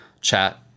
chat